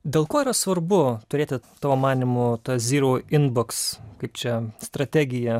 dėl ko yra svarbu turėti tavo manymu tą zyrau inboks kaip čia strategiją